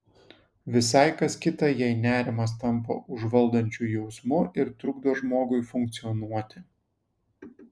visai kas kita jei nerimas tampa užvaldančiu jausmu ir trukdo žmogui funkcionuoti